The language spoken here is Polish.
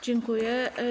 Dziękuję.